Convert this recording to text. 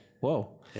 whoa